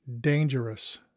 dangerous